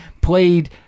played